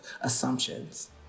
assumptions